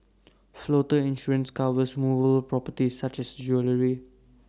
floater insurance covers movable properties such as jewellery